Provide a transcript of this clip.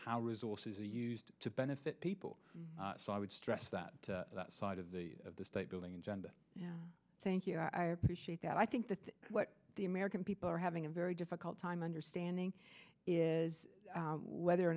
how resources are used to benefit people so i would stress that that side of the of the state building agenda yeah thank you i appreciate that i think that what the american people are having a very difficult time understanding is whether or